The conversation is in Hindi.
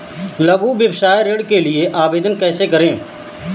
लघु व्यवसाय ऋण के लिए आवेदन कैसे करें?